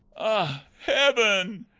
ah heaven!